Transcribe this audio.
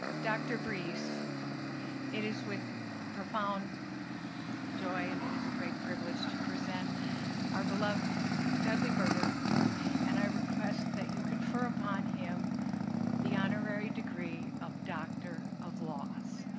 doctor briefs it is with profound joy and it is a great privilege to present our beloved dudley birder and i request that you confer upon him the honorary degree of doctor of laws